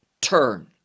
turn